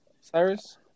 Cyrus